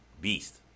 beast